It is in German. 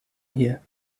hier